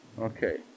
Okay